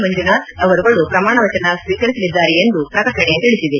ಮಂಜುನಾಥ್ ಅವರುಗಳು ಪ್ರಮಾಣ ವಚನ ಸ್ವೀಕರಿಸಲಿದ್ದಾರೆ ಎಂದು ಪ್ರಕಟಣೆ ತಿಳಿಸಿದೆ